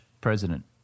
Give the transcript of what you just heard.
president